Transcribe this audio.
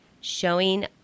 showing